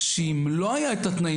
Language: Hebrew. שאם לא היו את התנאים